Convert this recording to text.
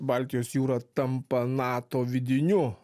baltijos jūra tampa nato vidiniu